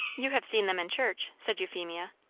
you have seen them in church, said euphemia.